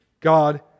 God